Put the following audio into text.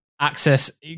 access